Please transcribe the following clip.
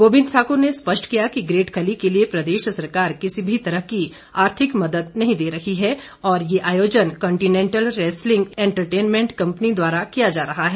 गोविंद ठाकुर ने स्पष्ट किया कि ग्रेट खली के लिए प्रदेश सरकार किसी भी तरह की आर्थिक मदद नहीं दे रही है और ये आयोजन कंन्टीनैटल रैसलिंग इंटरटेनमैन्ट कंपनी द्वारा किया जा रहा है